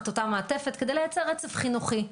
תחת אותה מעטפת כדי לייצר רצף חינוכי.